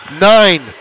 Nine